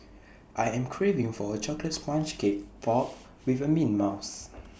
I am craving for A Chocolate Sponge Cake Topped with Mint Mousse